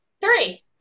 Three